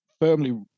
firmly